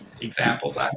examples